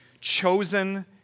chosen